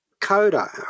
coda